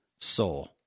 soul